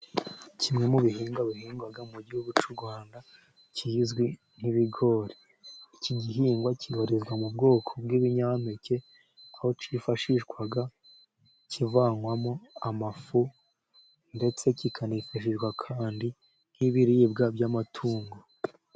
Kimwe mu bihingwa bihingwa mu gihugu cy'u Rwanda kizwi nk'ibigori. Iki gihingwa kibarizwa mu bwoko bw'ibinyampeke, aho cyifashishwa kivanwamo amafu, ndetse kikanifashishwa kandi nk'ibiribwa by'amatungo.